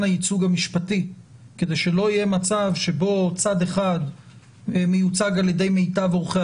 הייצוג המשפטי כדי שלא יהיה מצב שבו צד אחד מיוצג על-ידי מיטב עורכי